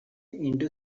into